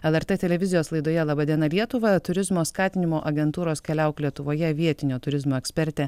lrt televizijos laidoje laba diena lietuva turizmo skatinimo agentūros keliauk lietuvoje vietinio turizmo ekspertė